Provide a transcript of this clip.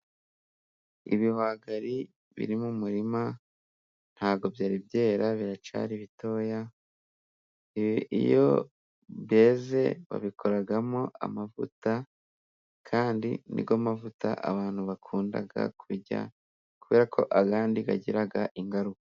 Ibihwagari biri mu murima, ntabwo byari byera biracyari bitoya, iyo byeze babikoramo amavuta, kandi ni yo mavuta abantu bakunda kurya, kubera ko ayandi agira ingaruka.